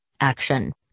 Action